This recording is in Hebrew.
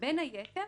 בין היתר